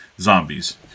zombies